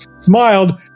smiled